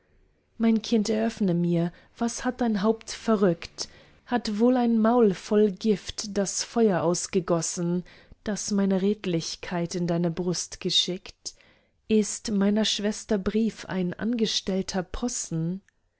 mein kind eröffne mir was hat dein haupt verrückt hat wohl ein maul voll gift das feuer ausgegossen das meine redlichkeit in deine brust geschickt ist meiner schwester brief ein angestellter possen